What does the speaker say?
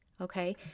Okay